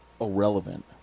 irrelevant